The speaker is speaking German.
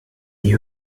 die